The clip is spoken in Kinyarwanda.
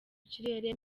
kirere